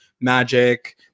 magic